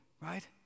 right